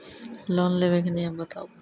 Loan लेबे के नियम बताबू?